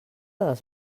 dels